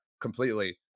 completely